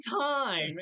time